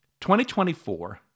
2024